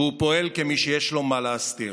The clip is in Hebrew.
והוא פועל כמי שיש לו מה להסתיר.